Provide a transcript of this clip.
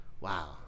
wow